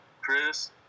Chris